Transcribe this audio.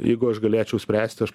jeigu aš galėčiau spręsti aš